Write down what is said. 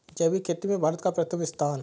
जैविक खेती में भारत का प्रथम स्थान